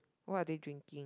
what are they drinking